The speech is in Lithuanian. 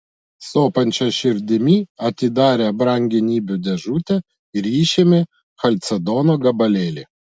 sopančia širdimi atidarė brangenybių dėžutę ir išėmė chalcedono gabalėlį